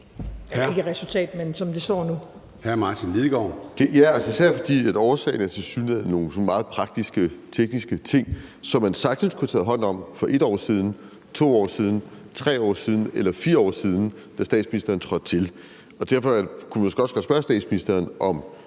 Hr. Martin Lidegaard. Kl. 00:01 Martin Lidegaard (RV): Nej, og det er især, fordi årsagerne tilsyneladende er nogle meget praktiske, tekniske ting, som man sagtens kunne have taget hånd om for 1 år siden, 2 år siden eller 3 år siden eller for 4 år siden, da statsministeren trådte til. Derfor kunne man måske også godt spørge statsministeren, om